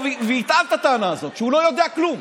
ויטען את הטענה הזאת כשהוא לא יודע כלום.